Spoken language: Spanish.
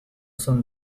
son